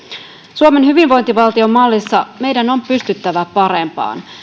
suomen hyvinvointivaltion mallissa meidän on pystyttävä parempaan